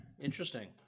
Interesting